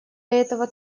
этого